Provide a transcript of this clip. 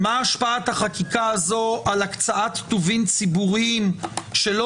מה השפעת החקיקה הזאת על הקצאת טובין ציבוריים שלא